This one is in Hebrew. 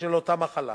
בשל אותה מחלה.